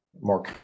more